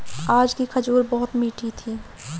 आज की खजूर बहुत मीठी थी